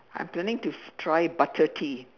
I'm planning to try butter tea